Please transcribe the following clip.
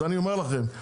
אז אני אומר לכם,